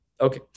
Okay